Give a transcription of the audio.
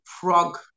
frog